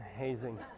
hazing